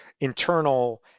internal